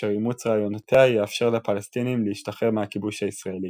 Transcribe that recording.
אשר אימוץ רעיונותיה יאפשר לפלסטינים להשתחרר מהכיבוש הישראלי.